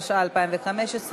התשע"ה 2015,